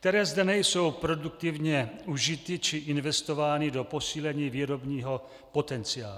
které zde nejsou produktivně užity či investovány do posílení výrobního potenciálu.